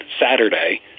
Saturday